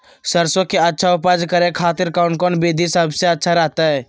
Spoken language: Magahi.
सरसों के अच्छा उपज करे खातिर कौन कौन विधि सबसे अच्छा रहतय?